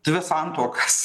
dvi santuokas